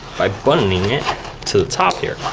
by buttoning it to the top here,